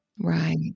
Right